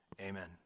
Amen